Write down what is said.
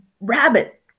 rabbit